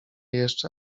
jeszcze